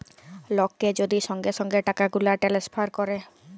লককে যদি সঙ্গে সঙ্গে টাকাগুলা টেলেসফার ক্যরে